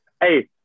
Hey